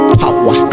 power